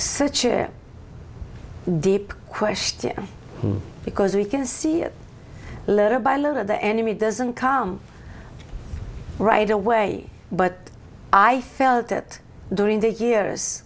such a deep question because we can see little by little of the enemy doesn't come right away but i think that during the years